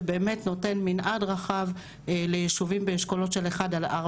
שבאמת נותן מנעד רחב ליישובים באשכולות של 1 עד 4,